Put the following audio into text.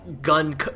gun